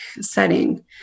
setting